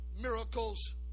miracles